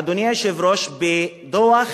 אדוני היושב-ראש, בדוח